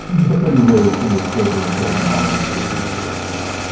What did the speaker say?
nobody raised in a stable and safe environment listens to this show.